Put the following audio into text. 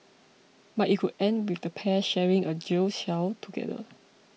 but it could end with the pair sharing a jail cell together